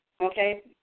okay